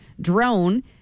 drone